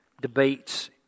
debates